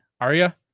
Arya